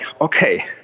okay